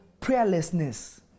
prayerlessness